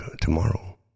tomorrow